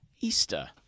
Easter